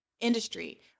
industry